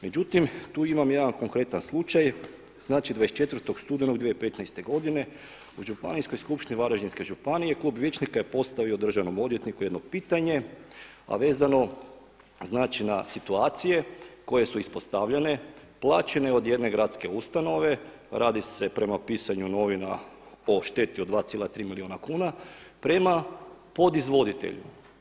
Međutim, tu imam jedan konkretan slučaj, znači 24. studenog 2015. u Županijskoj skupštini Varaždinske županije klub vijećnika je postavio državnom odvjetniku jedno pitanje a vezano znači na situacije koje su ispostavljene, plaćene od jedne gradske ustanove, radi se prema pisanju novina o šteti od 2,3 milijuna kuna prema pod izvoditelju.